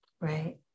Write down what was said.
right